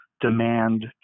demand